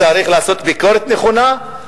צריך לעשות ביקורת נכונה,